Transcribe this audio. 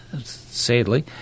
Sadly